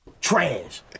Trash